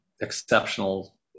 exceptional